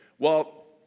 well,